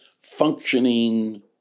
functioning